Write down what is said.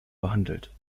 behandelt